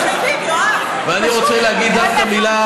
אבל הינה,